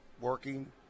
working